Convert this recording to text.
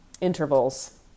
intervals